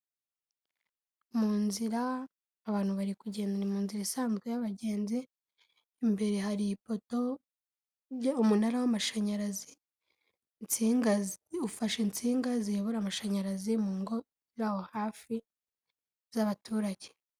Mu nzira abantu bari kugenda mu nzira isanzwe y'abagenzi imbere hari ipoto ryo mu munara w'amashanyarazi insinga ufashe insinga ziyobora amashanyarazi mu ngo ziraho hafi z'abaturage.